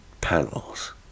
panels